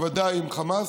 ובוודאי עם חמאס,